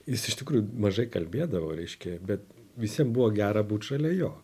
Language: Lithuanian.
jis iš tikrųjų mažai kalbėdavo reiškia bet visiem buvo gera būt šalia jo